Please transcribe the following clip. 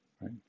right